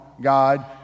God